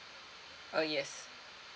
uh yes